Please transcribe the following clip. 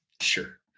sure